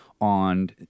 on